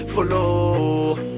Follow